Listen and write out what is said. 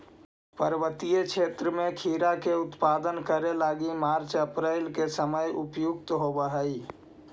पर्वतीय क्षेत्र में खीरा के उत्पादन करे लगी मार्च अप्रैल के समय उपयुक्त होवऽ हई